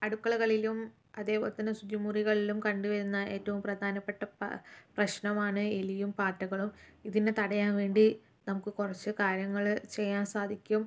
അടുക്കളകളിലും അതേപോലെ തന്നെ ശുചിമുറികളിലും കണ്ടു വരുന്ന ഏറ്റവും പ്രധാനപ്പെട്ട പ്രശ്നമാണ് എലിയും പാറ്റകളും ഇതിനെ തടയാൻ വേണ്ടി നമുക്ക് കുറച്ചു കാര്യങ്ങൾ ചെയ്യാൻ സാധിക്കും